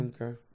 Okay